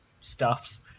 stuffs